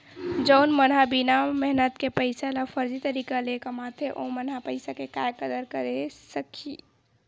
जउन मन ह बिना मेहनत के पइसा ल फरजी तरीका ले कमाथे ओमन ह पइसा के काय कदर करे सकही